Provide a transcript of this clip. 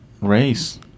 race